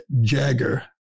Jagger